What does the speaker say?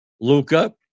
Luca